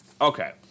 Okay